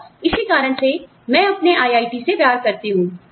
और इसी कारण से मैं अपने IIT से प्यार करती हूं